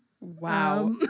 Wow